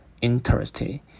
Interesting